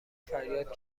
فریاد